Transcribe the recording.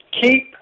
keep